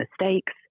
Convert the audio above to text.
mistakes